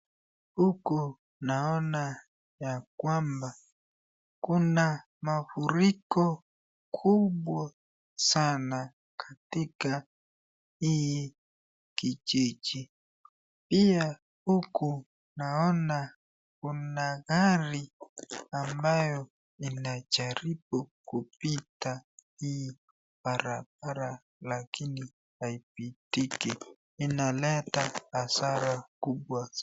Huku naona ya kwamba kuna mafuriko kubwa sana katika hii kijiji, pia huku naona kuna gari ambayo inajaribu kupita hii barabara lakini haipitiki, inaleta hasara kubwa sana.